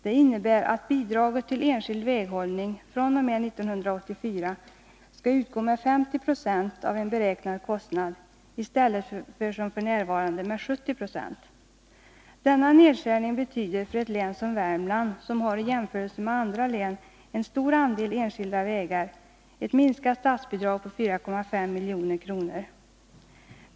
Detta innebär att bidraget till enskild väghållning fr.o.m. 1984 skall utgå med 50 96 av en beräknad kostnad i stället för som f. n. med 70 20. Denna nedskärning betyder för ett län som Värmland, som i jämförelse med andra län har en stor andel enskilda vägar, ett med 4,5 milj.kr. minskat statsbidrag.